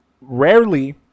rarely